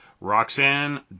Roxanne